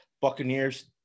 Buccaneers